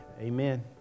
amen